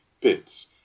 bits